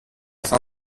fin